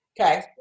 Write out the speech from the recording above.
Okay